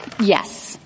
Yes